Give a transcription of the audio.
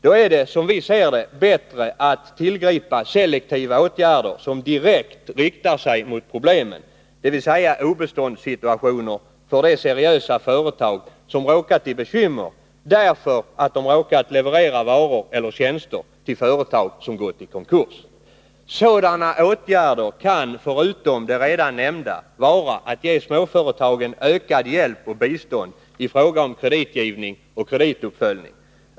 Då är det som vi ser det bättre att tillgripa selektiva åtgärder, som direkt riktar sig mot problemen, dvs. obeståndssituationer för de seriösa företag som har råkat i bekymmer därför att de levererat varor eller tjänster till företag som gått i konkurs. Sådana åtgärder kan förutom de redan nämnda vara att ge småföretagen ökad hjälp och bistånd i fråga om kreditgivning och kredituppföljning.